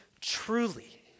truly